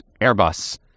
Airbus